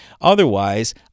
Otherwise